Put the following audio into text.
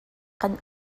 kan